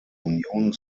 union